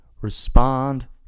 respond